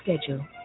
schedule